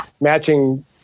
matching